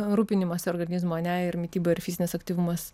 rūpinimąsi organizmu ar ne ir mityba ir fizinis aktyvumas